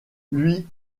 lui